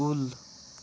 کُل